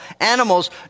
animals